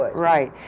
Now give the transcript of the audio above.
but right.